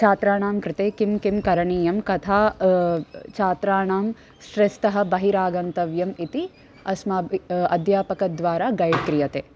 छात्राणां कृते किं किं करणीयं कथा छात्राणां स्ट्रेस्तः बहिरागन्तव्यम् इति अस्माभिः अध्यापकद्वारा गैड् क्रियते